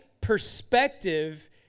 perspective